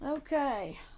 Okay